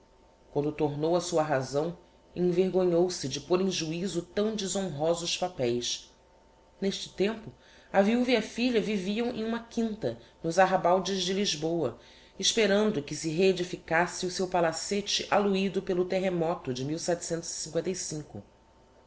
quando tornou á sua razão envergonhou-se de pôr em juizo tão deshonrosos papeis n'este tempo a viuva e a filha viviam em uma quinta nos arrabaldes de lisboa esperando que se reedificasse o seu palacete aluido pelo terremoto de